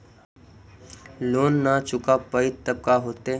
Loan न चुका पाई तब का होई?